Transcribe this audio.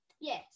Yes